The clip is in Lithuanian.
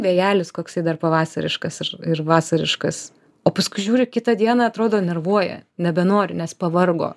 vėjelis koksai dar pavasariškas ir vasariškas o paskui žiūri kitą dieną atrodo nervuoja nebenoriu nes pavargo